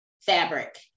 Fabric